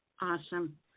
Awesome